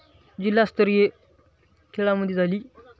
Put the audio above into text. जिल्हास्तरीय खेळामध्ये झाली